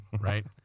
right